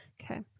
okay